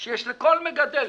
שיש לכל מגדל.